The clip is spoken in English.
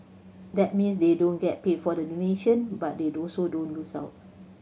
that means they don't get paid for the donation but they also don't lose out